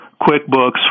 QuickBooks